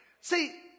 see